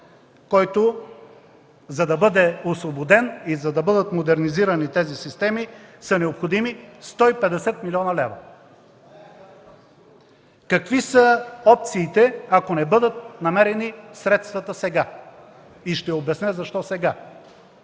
който за да бъде освободен и да бъдат модернизирани тези системи, са необходими 150 млн. лв. Какви са опциите, ако не бъдат намерени средствата сега? Ще обясня защо „сега”.